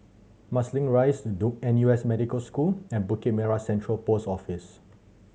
Marsiling Rise Duke N U S Medical School and Bukit Merah Central Post Office